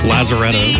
Lazaretto